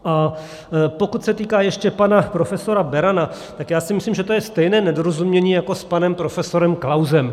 A pokud se týká ještě pana profesora Berana, tak já si myslím, že to je stejné nedorozumění jako s panem profesorem Klausem.